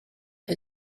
her